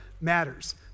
matters